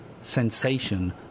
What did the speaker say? sensation